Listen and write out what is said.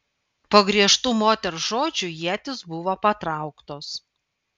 po griežtų moters žodžių ietys buvo patrauktos